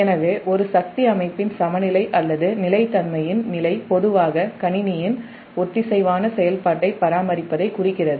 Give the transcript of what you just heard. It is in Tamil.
எனவே ஒரு சக்தி அமைப்பின் சமநிலை அல்லது நிலைத்தன்மையின் நிலை பொதுவாக கணினியின் ஒத்திசைவான செயல்பாட்டைப் பராமரிப்பதைக் குறிக்கிறது